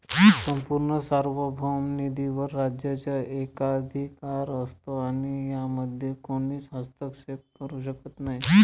संपूर्ण सार्वभौम निधीवर राज्याचा एकाधिकार असतो आणि यामध्ये कोणीच हस्तक्षेप करू शकत नाही